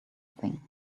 thing